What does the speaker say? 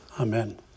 Amen